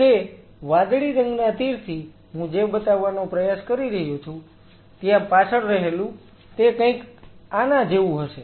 તે વાદળી રંગના તીરથી હું જે બતાવવાનો પ્રયાસ કરી રહ્યો છું ત્યાં પાછળ રહેલું તે કંઈક આના જેવું હશે